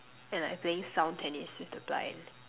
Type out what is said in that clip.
and like playing sound tennis with the blind